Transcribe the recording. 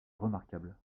remarquable